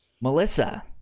Melissa